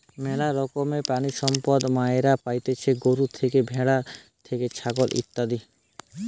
ম্যালা রকমের প্রাণিসম্পদ মাইরা পাইতেছি গরু থেকে, ভ্যাড়া থেকে, ছাগল ইত্যাদি